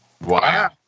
Wow